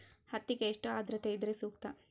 ಹತ್ತಿಗೆ ಎಷ್ಟು ಆದ್ರತೆ ಇದ್ರೆ ಸೂಕ್ತ?